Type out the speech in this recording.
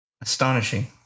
Astonishing